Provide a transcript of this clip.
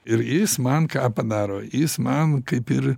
ir jis man ką padaro jis man kaip ir